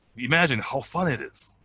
imagine how fun it is.